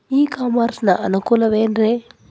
E commerce ನ ಅನುಕೂಲವೇನ್ರೇ?